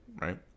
right